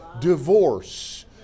divorce